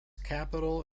capital